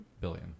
Billion